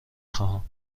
خواهم